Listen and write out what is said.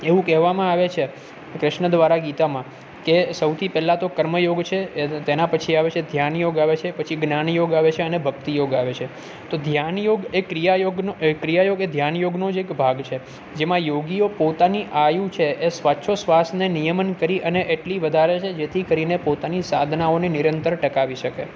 એવું કહેવામાં આવે છે ક્રષ્ન દ્વારા ગીતામાં કે સૌથી પહેલાં તો કર્મ યોગ છે તેના પછી આવે છે ધ્યાન યોગ આવે છે પછી જ્ઞાન યોગ આવે છે અને ભક્તિ યોગ આવે છે તો ધ્યાન યોગ એ ક્રિયા યોગનો ક્રિયા યોગ એ ધ્યાન યોગનો જ એક ભાગ છે જેમાં યોગીઓ પોતાની આયુ છે એ શ્વાસો શ્વાસને નિયમન કરી અને એટલી વધારે છે જેથી કરીને પોતાની સાધનાઓને નિરંતર ટકાવી શકે